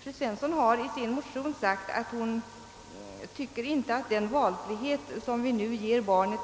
Fru Svensson har i sin motion sagt att hon inte tycker att valfriheten